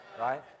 right